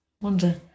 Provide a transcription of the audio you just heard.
wonder